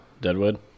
Deadwood